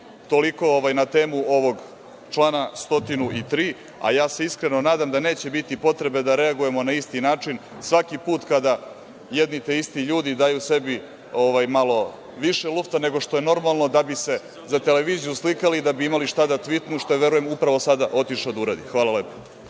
Toliko na temu ovog člana 103. Ja se iskreno nadam da neće biti potrebe da reagujemo na isti način svaki put kada jedni te isti ljudi daju sebi malo više lufta nego što je normalno, da bi se za televiziju slikali, da bi imali šta da tvitnu, što je, verujem, upravo sada otišao da uradi. Hvala lepo.